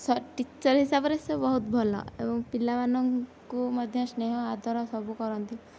ସା ଟିଚର ହିସାବରେ ସେ ବହୁତ ଭଲ ଆଉ ପିଲାମାନଙ୍କୁ ମଧ୍ୟ ସ୍ନେହ ଆଦର ସବୁ କରନ୍ତି